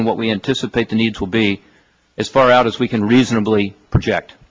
in what we anticipate the needs will be as far out as we can reasonably project